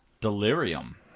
Delirium